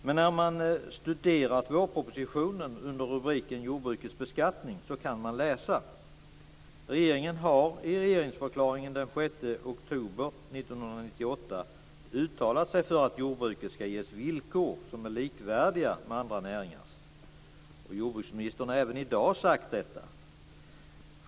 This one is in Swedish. Men när man studerat vårpropositionen under rubriken Jordbrukets beskattning kan man läsa: Regeringen har i regeringsförklaringen den 6 oktober 1998 uttalat sig för att jordbruket skall ges villkor som är likvärdiga med andra näringars. Jordbruksministern har även i dag sagt detta.